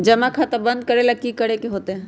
जमा खाता बंद करे ला की करे के होएत?